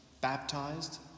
baptized